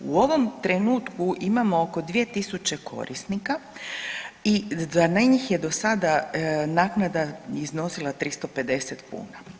U ovom trenutku imamo oko 2.000 korisnika i za njih je do sada naknada iznosila 350 kuna.